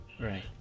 Right